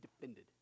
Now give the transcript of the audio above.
defended